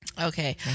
Okay